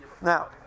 Now